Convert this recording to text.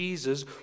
Jesus